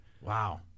Wow